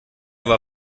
war